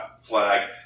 flag